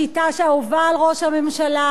השיטה האהובה על ראש הממשלה,